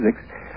physics